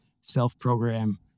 self-program